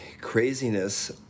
craziness